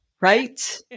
right